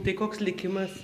tai koks likimas